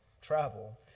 travel